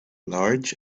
large